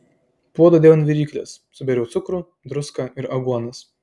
puodą dėjau ant viryklės subėriau cukrų druską ir aguonas